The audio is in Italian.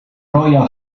royal